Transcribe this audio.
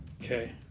Okay